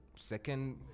Second